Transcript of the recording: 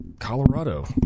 Colorado